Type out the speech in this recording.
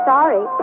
Sorry